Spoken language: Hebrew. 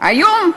היום,